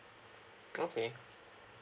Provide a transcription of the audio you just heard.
okay